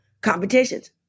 competitions